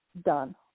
done